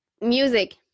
music